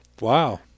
wow